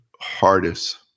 hardest